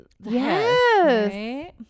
yes